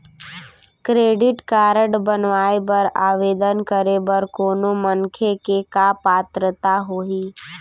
Credit card बनवाए बर आवेदन करे बर कोनो मनखे के का पात्रता होही?